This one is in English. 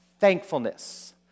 thankfulness